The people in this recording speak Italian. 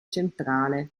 centrale